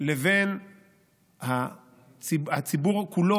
לבין הציבור כולו,